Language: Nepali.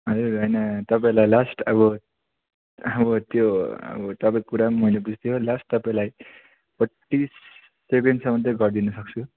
हजुर होइन तपाईँलाई लास्ट अब अब त्यो अब तपाईँको कुरा पनि मैले बुझिदिएँ लास्ट तपाईँलाई फोर्टी सेबेनसम्म चाहिँ गरिदिनु सक्छु